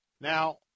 Now